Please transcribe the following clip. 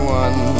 one